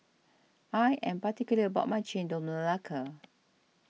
I am particular about my Chendol Melaka